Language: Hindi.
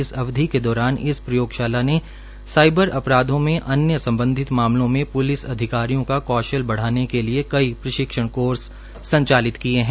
इस अवधि के दौरान इस प्रयोगशाला ने साइबर अपराधों और अन्य संबंधित मामलों में पुलिस अधिकारियों का कौशल बढ़ाने के लिए कई प्रशिक्षण कोर्स संचालित किए हैं